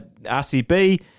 RCB